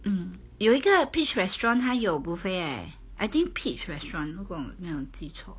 mm 有一个 peach restaurant 他有 buffet leh I think peach restaurant 如果没有记错